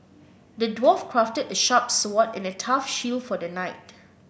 the dwarf crafted a sharp sword and a tough shield for the knight